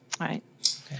right